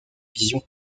visions